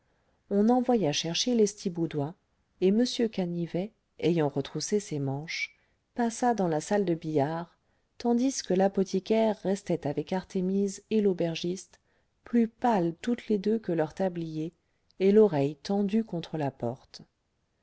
on envoya chercher lestiboudois et m canivet ayant retroussé ses manches passa dans la salle de billard tandis que l'apothicaire restait avec artémise et l'aubergiste plus pâles toutes les deux que leur tablier et l'oreille tendue contre la porte